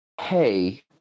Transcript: hey